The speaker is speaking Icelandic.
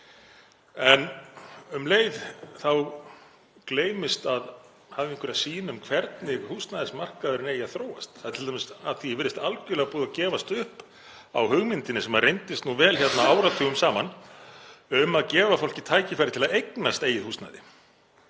En um leið þá gleymist að hafa einhverja sýn um hvernig húsnæðismarkaðurinn eigi að þróast. Það er t.d. að því er virðist algerlega búið að gefast upp á hugmyndinni, sem reyndist vel hérna áratugum saman, um að gefa fólki tækifæri til að eignast eigið húsnæði.